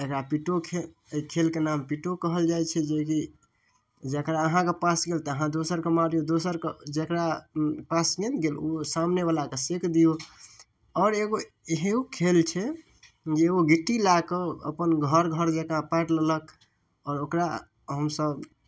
एकरा पिट्टो खेल अइ खेलके नाम पिट्टो कहल जाइ छै जेकी जकरा आँहाके पास गेल तऽ आहाँ दोसरके मारियौ दोसरके जकरा पास गेन्द गेल उ सामनेवला के सेक दियौ आओर एगो एहन खेल छै जे ओ गिट्टी लए कऽ अपन घर घर जाकऽ पारि लेलक आओर ओकरा हमसब